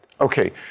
Okay